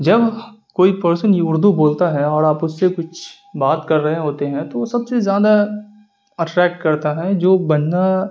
جب کوئی پرسن یہ اردو بولتا ہے اور آپ اس سے کچھ بات کر رہے ہوتے ہیں تو وہ سب سے زیادہ اٹریکٹ کرتا ہے جو بندہ